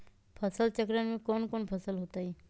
फसल चक्रण में कौन कौन फसल हो ताई?